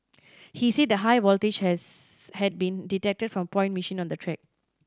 he said that high voltage has had been detected from a point machine on the track